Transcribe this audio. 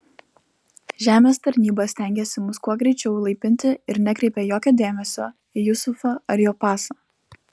žemės tarnyba stengėsi mus kuo greičiau įlaipinti ir nekreipė jokio dėmesio į jusufą ar jo pasą